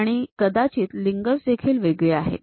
आणि कदाचित लिंगर्स देखील वेगळे आहेत